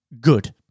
good